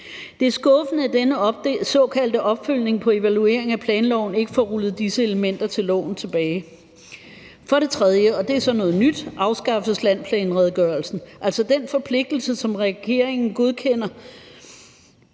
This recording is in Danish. Det er skuffende, at denne såkaldte opfølgning på evaluering af planloven ikke får rullet disse elementer af loven tilbage. For det tredje, og det er så noget nyt, afskaffes landsplanredegørelsen, altså den forpligtelse, som regeringen i den